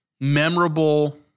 memorable